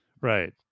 Right